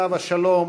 עליו השלום,